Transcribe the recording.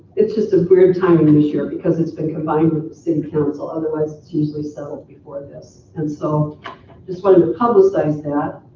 it's just a weird time in this year because it's been combined with city council. otherwise it's usually settled before this. and so just wanted to publicize that.